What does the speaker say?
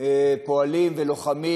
פועלים ולוחמים